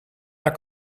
naar